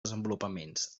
desenvolupaments